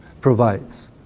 provides